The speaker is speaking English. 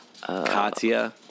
Katya